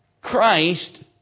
Christ